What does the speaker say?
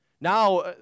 Now